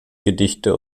gedichte